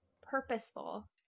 purposeful